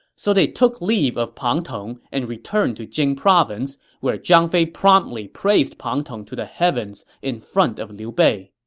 so they took their leave of pang tong and returned to jing province, where zhang fei promptly praised pang tong to the heavens in front of liu bei